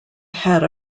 had